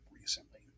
recently